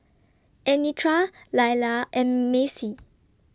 Anitra Laila and Maci